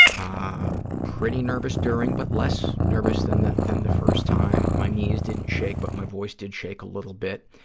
ah pretty nervous during, but less nervous than the than the first time. my knees didn't shake but my voice did shake a little bit,